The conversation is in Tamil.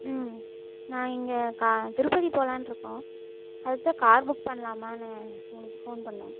ம் நான் இங்கே கா திருப்பதி போகலான்ருக்கோம் அதுக்கு தான் கார் புக் பண்ணலாமானு உங்களுக்கு ஃபோன் பண்ணோம்